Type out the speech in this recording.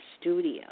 Studio